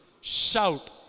shout